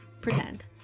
pretend